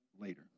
later